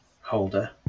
Holder